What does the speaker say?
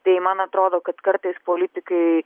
tai man atrodo kad kartais politikai